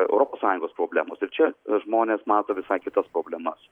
europos sąjungos problemos ir čia žmonės mato visai kitas problemas